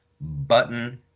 button